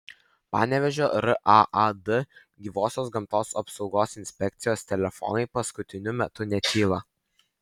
panevėžio raad gyvosios gamtos apsaugos inspekcijos telefonai paskutiniu metu netyla